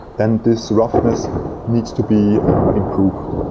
then this roughness needs to be improved.